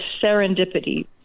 serendipity